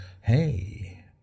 Hey